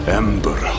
ember